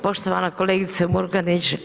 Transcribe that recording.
Poštovana kolegice Murganić.